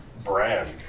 brand